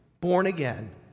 born-again